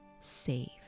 safe